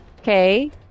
Okay